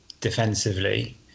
defensively